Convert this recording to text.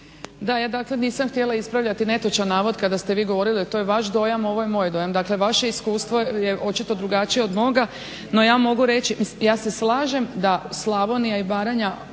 Da, ja dosad nisam htjela ispravljati netočan navod kada ste vi govorili jer to je vaš dojam, a ovo je moj dojam. Dakle vaše iskustvo je očito drugačije od moga no ja mogu reći ja se slažem da Slavonija i Baranja,